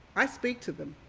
i speak to them.